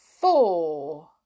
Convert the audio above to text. four